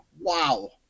wow